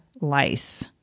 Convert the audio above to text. lice